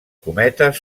cometes